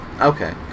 okay